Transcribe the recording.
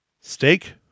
Steak